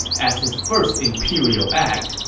as his first imperial act,